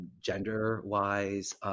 gender-wise